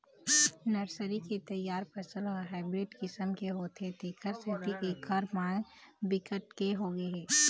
nursery के तइयार फसल ह हाइब्रिड किसम के होथे तेखर सेती एखर मांग बिकट के होगे हे